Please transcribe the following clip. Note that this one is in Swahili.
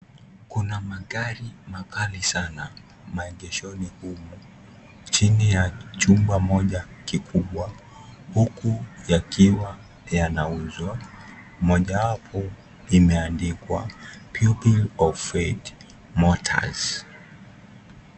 Kuna magari makali sana maegeshoni humu. Chini ya chumba moja kikubwa, huku yakiwa yanauzwa, mojawapo imeandikwa building of faint motors .